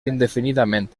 indefinidament